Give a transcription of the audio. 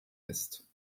ist